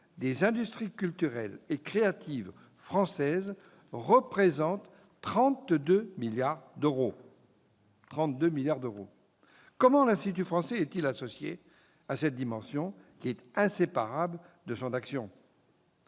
des industries culturelles et créatives françaises représentent 32 milliards d'euros. Comment l'Institut français est-il associé à cette dimension, qui est inséparable de son action ?